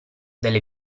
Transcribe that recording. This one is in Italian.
delle